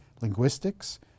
Linguistics